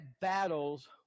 battles